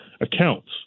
accounts